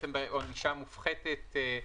יצרתם בעצם ענישה מופחתת,